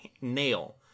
nail